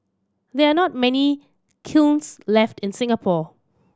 there are not many kilns left in Singapore